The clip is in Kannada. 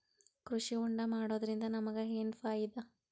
ಕೃಷಿ ಹೋಂಡಾ ಮಾಡೋದ್ರಿಂದ ನಮಗ ಏನ್ ಫಾಯಿದಾ?